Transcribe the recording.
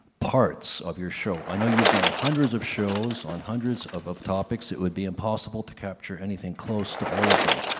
parts of your show? i know you've done hundreds of shows on hundreds of of topics, it would be impossible to capture anything close to all of them.